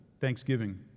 Thanksgiving